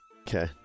Okay